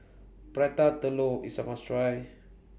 Prata Telur IS A must Try